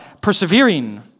persevering